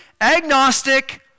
agnostic